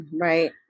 Right